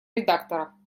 редактора